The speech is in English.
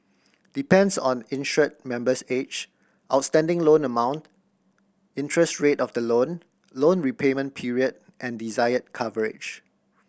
depends on insured member's age outstanding loan amount interest rate of the loan loan repayment period and desired coverage